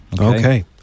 Okay